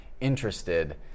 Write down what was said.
interested